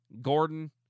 Gordon